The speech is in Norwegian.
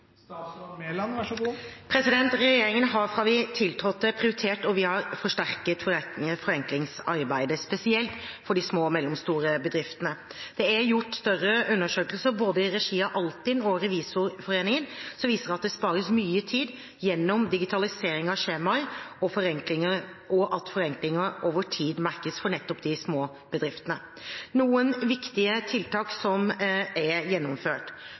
Regjeringen har fra vi tiltrådte prioritert og forsterket forenklingsarbeidet, spesielt for de små og mellomstore bedriftene. Det er gjort større undersøkelser i regi av både Altinn og Revisorforeningen som viser at det spares mye tid gjennom digitalisering av skjemaer, og at forenklingene over tid merkes for nettopp de små bedriftene. Noen viktige tiltak som er gjennomført: